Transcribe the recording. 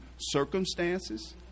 Circumstances